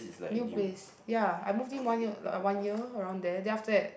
new place ya I moved in one year like uh one year around there then after that